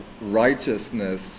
righteousness